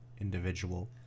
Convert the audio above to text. individual